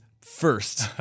first